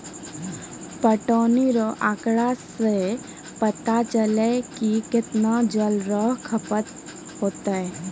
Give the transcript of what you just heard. पटौनी रो आँकड़ा से पता चलै कि कत्तै जल रो खपत होतै